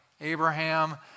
Abraham